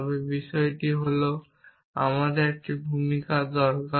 তবে বিষয়টি হল আমাদের একটি ভূমিকা দরকার